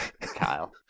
Kyle